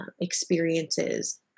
experiences